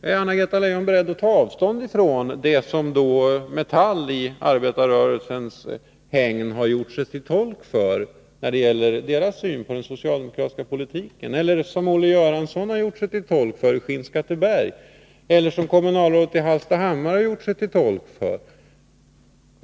Är Anna-Greta Leijon beredd att ta avstånd från det som företrädare för Metall i arbetarrörelsens hägn har gjort sig till tolk för när det gäller deras syn på den socialdemokratiska politiken, eller som Olle Göransson har gjort sig till tolk för i Skinnskatteberg, eller som kommunalrådet i Hallstahammar har gjort sig till tolk för?